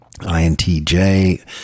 INTJ